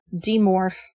demorph